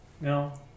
No